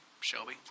Shelby